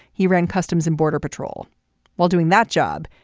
he ran customs and border patrol while doing that job.